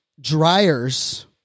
dryers